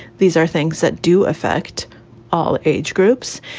these are things that do affect all age groups.